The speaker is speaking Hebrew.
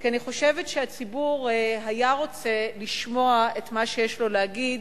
כי אני חושבת שהציבור היה רוצה לשמוע את מה שיש לו להגיד